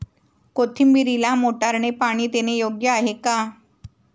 कोथिंबीरीला मोटारने पाणी देणे योग्य आहे का?